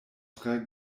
tre